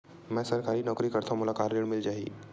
मै सरकारी नौकरी करथव मोला ऋण मिल जाही?